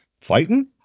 fighting